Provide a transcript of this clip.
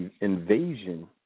invasion